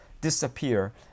disappear